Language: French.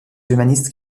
humanistes